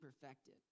perfected